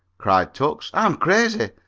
cried tucks, i'm crazy.